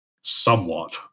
somewhat